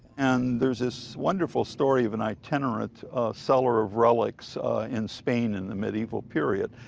and there's this wonderful story of an itinerant seller of relics in spain in the medieval period.